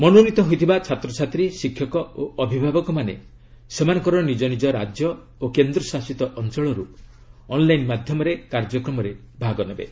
ମନୋନୀତ ହୋଇଥିବା ଛାତ୍ରଛାତ୍ରୀ ଶିକ୍ଷକ ଓ ଅଭିଭାବକମାନେ ସେମାନଙ୍କର ନିଜ ନିଜ ରାଜ୍ୟ ଓ କେନ୍ଦ୍ର ଶାସିତ ଅଞ୍ଚଳରୁ ଅନ୍ଲାଇନ ମାଧ୍ୟମରେ କାର୍ଯ୍ୟକ୍ରମରେ ଭାଗ ନେବେ